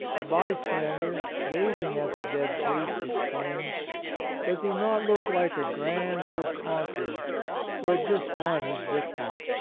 a by stander, gazing at the dead priest, exclaimed does he not look like a grand old con queror who had just won his victory?